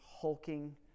hulking